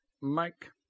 Mike